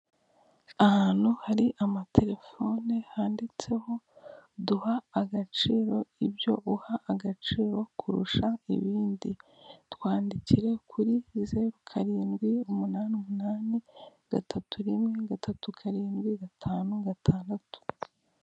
Ahantu hari amatelefone handitseho duha agaciro ibyo uha agaciro kurusha ibindi twandikire kuri zeru karindwi umunani umunani, gatatu rimwe, gatatu karindwi, gatanu gatandatu.